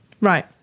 Right